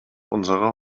unserer